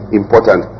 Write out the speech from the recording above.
important